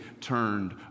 turned